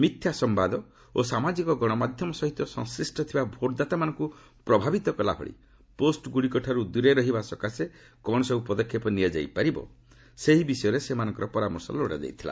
ମିଥ୍ୟା ସମ୍ଭାଦ ଓ ସାମାଜିକ ଗଣମାଧ୍ୟମ ସହିତ ସଂଶ୍ରିଷ୍ଟ ଥିବା ଭୋଟଦାତାମାନଙ୍କୁ ପ୍ରଭାବିତ କଲାଭଳି ପୋଷ୍ଟଗୁଡ଼ିକଠାରୁ ଦୂରେଇ ରହିବା ସକାଶେ କ'ଣ ସବୁ ପଦକ୍ଷେପ ନିଆଯାଇ ପାରିବ ସେହି ବିଷୟରେ ସେମାନଙ୍କର ପରାମର୍ଶ ଲୋଡ଼ା ଯାଇଥିଲା